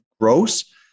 gross